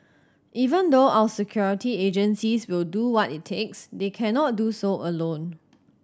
even though our security agencies will do what it takes they cannot do so alone